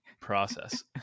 process